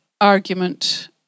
argument